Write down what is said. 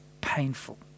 painful